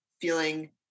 feeling